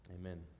Amen